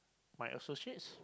my associates